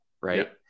right